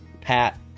Pat